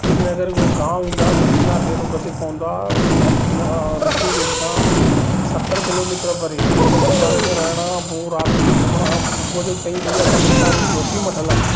श्रीनगर में उहो गामु ईंदो आहे बद्रीनाथ जे रोड ते पवंदो आहे इन खां ॠषिकेश खां सतरि किलोमीटर परे हुन गुरुद्वारे खे रहण खां पोइ राति जो सुम्हण खां सुबुह जो चईं बजे असां निकितासीं जोशी मठ लाइ